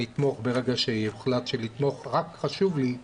אני אתמוך ברגע שיוחלט לתמוך, רק חשוב לי,